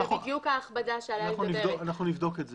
נבדוק את זה.